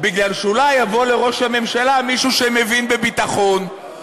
מפני שאולי יבוא לראש הממשלה מישהו שמבין בביטחון,